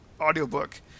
audiobook